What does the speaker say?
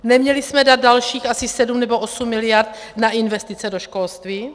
Neměli jsme dát dalších asi 7 nebo 8 mld. na investice do školství?